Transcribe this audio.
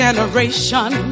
Generation